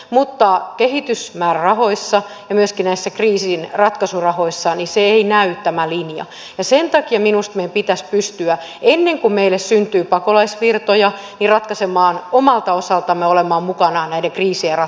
mutta kehitysmäärärahoissa tai myöskään näissä kriisinratkaisurahoissa tämä linja ei näy ja sen takia minusta meidän pitäisi pystyä ennen kuin meille syntyy pakolaisvirtoja ratkaisemaan omalta osaltamme mukanaolo näiden kriisien ratkaisussa